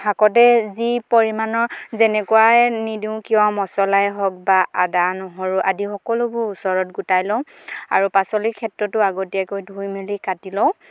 শাকতে যি পৰিমাণৰ যেনেকুৱাই নিদিওঁ কিয় মছলাই হওক বা আদা নহৰু আদি সকলোবোৰ ওচৰত গোটাই লওঁ আৰু পাচলিৰ ক্ষেত্ৰতো আগতীয়াকৈ ধুই মেলি কাটি লওঁ